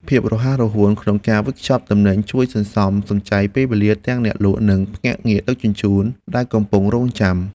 ភាពរហ័សរហួនក្នុងការវេចខ្ចប់ទំនិញជួយសន្សំសំចៃពេលវេលាទាំងអ្នកលក់ និងភ្នាក់ងារដឹកជញ្ជូនដែលកំពុងរង់ចាំ។